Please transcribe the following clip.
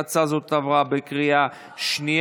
ההצעה הזאת עברה בקריאה שנייה,